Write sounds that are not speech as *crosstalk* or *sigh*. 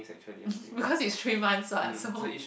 *laughs* because it's three months [what] so